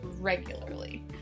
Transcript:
regularly